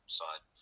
side